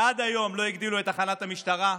ועד היום לא הגדילו את תחנת המשטרה.